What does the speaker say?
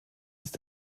ist